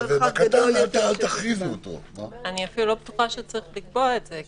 אני אפילו לא בטוחה שצריך לקבוע את זה,